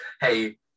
hey